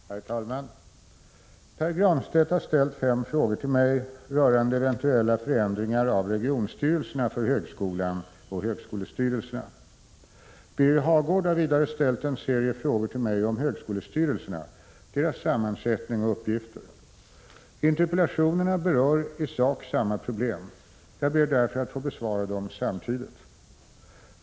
Herr talman! Pär Granstedt har ställt fem frågor till mig rörande eventuella förändringar av regionstyrelserna för högskolan och högskolestyrelserna. Birger Hagård har vidare ställt en serie frågor till mig om högskolestyrelserna, deras sammansättning och uppgifter. Interpellationerna berör i sak samma problem. Jag ber därför att få besvara dem samtidigt.